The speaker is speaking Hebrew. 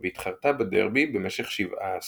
והתחרתה בדרבי במשך שבעה עשורים.